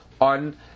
on